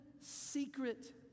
secret